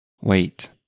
Wait